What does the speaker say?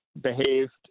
behaved